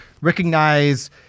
recognize